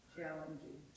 Challenging